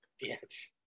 Yes